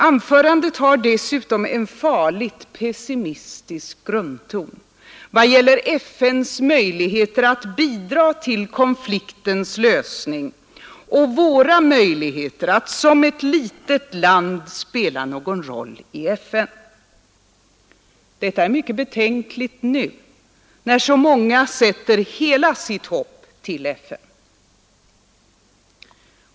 Anförandet har dessutom en farligt pessimistisk grundton i vad det gäller FN:s möjligheter att bidra till konfliktens lösning och våra möjligheter att som ett litet land spela någon roll i FN. Detta är mycket betänkligt nu, när så många sätter hela sitt hopp till FN.